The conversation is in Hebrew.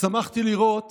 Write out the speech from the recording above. שמחתי לראות